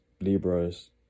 Libra's